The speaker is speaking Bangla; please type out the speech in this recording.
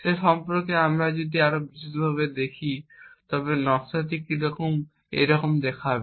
সে সম্পর্কে আমরা যদি এটি আরও বিশদভাবে দেখি তবে নকশাটি এরকম কিছু দেখাবে